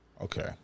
Okay